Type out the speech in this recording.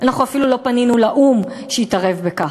אנחנו אפילו לא פנינו לאו"ם שיתערב בכך.